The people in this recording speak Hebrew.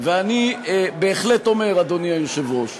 אני בהחלט אומר, אדוני היושב-ראש,